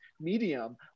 medium